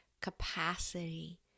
capacity